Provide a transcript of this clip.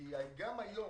כי גם היום,